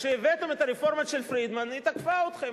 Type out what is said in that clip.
כשהבאתם את הרפורמה של פרידמן, היא תקפה אתכם.